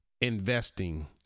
Investing